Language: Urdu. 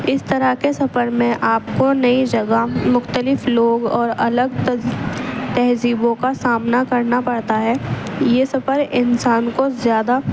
اس طرح کے سفر میں آپ کو نئی جگہ مختلف لوگ اور الگ تہذیبوں کا سامنا کرنا پڑتا ہے یہ سفر انسان کو زیادہ